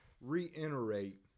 reiterate